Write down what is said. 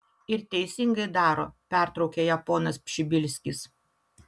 ir teisingai daro pertraukė ją ponas pšibilskis